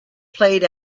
played